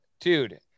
dude